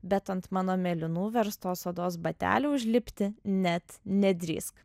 bet ant mano mėlynų verstos odos batelių užlipti net nedrįsk